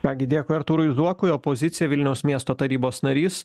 ką gi dėkui artūrui zuokui opozicija vilniaus miesto tarybos narys